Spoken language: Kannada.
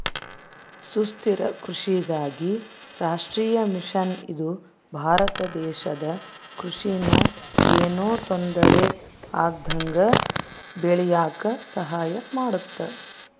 ಸುಸ್ಥಿರ ಕೃಷಿಗಾಗಿ ರಾಷ್ಟ್ರೀಯ ಮಿಷನ್ ಇದು ಭಾರತ ದೇಶದ ಕೃಷಿ ನ ಯೆನು ತೊಂದರೆ ಆಗ್ದಂಗ ಬೇಳಿಯಾಕ ಸಹಾಯ ಮಾಡುತ್ತ